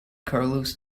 carlos